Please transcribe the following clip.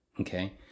Okay